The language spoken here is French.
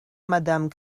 madame